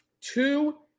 two